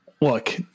Look